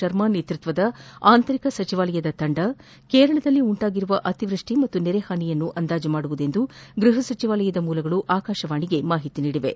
ಶರ್ಮಾ ನೇತೃತ್ವದ ಆಂತರಿಕ ಸಚಿವಾಲಯದ ತಂಡ ಕೇರಳಕ್ಕೆದಲ್ಲಿ ಉಂಟಾಗಿರುವ ಅತಿವೃಷ್ಠಿ ಹಾಗೂ ನೆರೆ ಹಾನಿಯನ್ನು ಅಂದಾಜಿಸಲಿದೆ ಎಂದು ಗೃಹ ಸಚಿವಾಲಯದ ಮೂಲಗಳು ಆಕಾಶವಾಣಿಗೆ ತಿಳಿಸಿವೆ